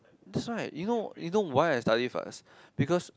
that's why you know you know why I study first because